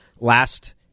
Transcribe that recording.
last